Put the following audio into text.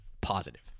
positive